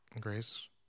Grace